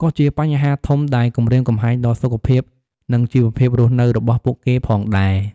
ក៏ជាបញ្ហាធំដែលគំរាមកំហែងដល់សុខភាព និងជីវភាពរស់នៅរបស់ពួកគេផងដែរ។